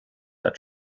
that